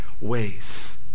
ways